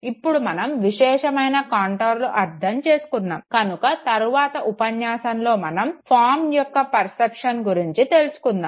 ఇప్పుడు మనం విశేషమైన కాంటోర్లు అర్ధం చేసుకున్నాము కనుక తరువాత ఉపన్యాసంలో మనం ఫార్మ్ యొక్క పర్సెప్షన్ గురించి తెలుసుకుందాము